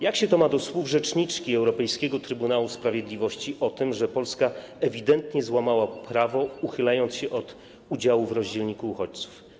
Jak się to ma do słów rzeczniczki Europejskiego Trybunału Sprawiedliwości, że Polska ewidentnie złamała prawo, uchylając się od udziału w rozdzielniku uchodźców?